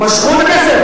משכו את הכסף.